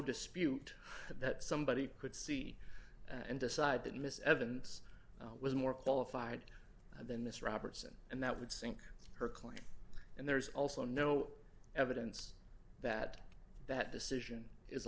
dispute that somebody could see and decide that miss evans was more qualified than this robertson and that would sink her claim and there's also no evidence that that decision is a